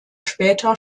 später